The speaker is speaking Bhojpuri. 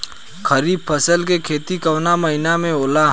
खरीफ फसल के खेती कवना महीना में होला?